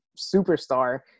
superstar